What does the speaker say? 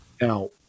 Now